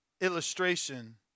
illustration